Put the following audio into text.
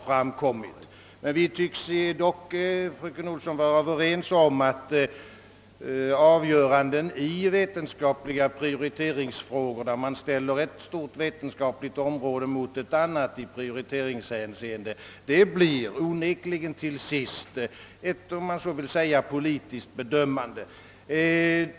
Fröken Olsson och jag tycks dock vara överens om att avgörandena i vetenskapliga prioritetsfrågor, då ett stort vetenskaligt område ställs mot ett annat, till sist onekligen ändå blir så att säga politiska bedömanden.